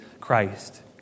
Christ